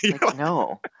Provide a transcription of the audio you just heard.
no